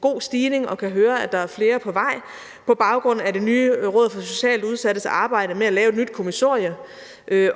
god stigning i antallet og kan høre, at der er flere på vej, og på baggrund af det nye Rådet for Socialt Udsattes arbejde med at lave et nyt kommissorie